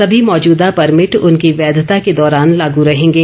समी मौजूदा परमिट उनकी वैधता के दौरान लागू रहेंगे